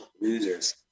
Losers